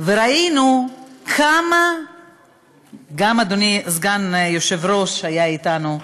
גם אדוני סגן היושב-ראש היה אתנו במשלחת.